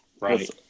Right